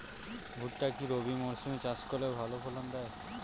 ভুট্টা কি রবি মরসুম এ চাষ করলে ভালো ফলন দেয়?